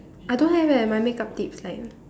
I don't have eh my make-up tips like